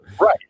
Right